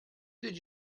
did